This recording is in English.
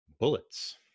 Bullets